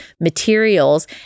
materials